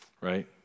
right